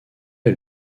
est